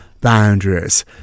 boundaries